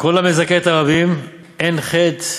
כל המזכה את הרבים, אין חטא